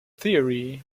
theory